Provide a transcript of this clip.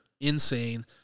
insane